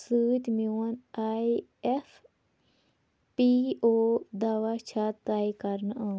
سۭتۍ میٛون I F P O دعوا چھا طے کَرنہٕ آمُت